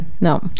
No